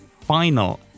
final